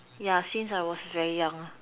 yeah since I was very young lah